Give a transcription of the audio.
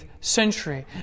century